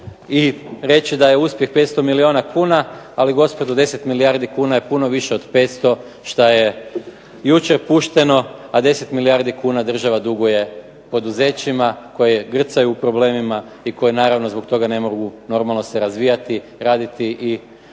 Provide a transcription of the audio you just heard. i reći da je uspjeh 500 milijuna kuna ali gospodo 10 milijardi kuna je puno više od 500 što je jučer pušteno a 10 milijardi kuna država duguje poduzećima koja grcaju u problemima i koje naravno zbog toga ne mogu normalno se razvijati, raditi i